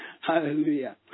Hallelujah